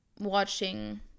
watching